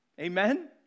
Amen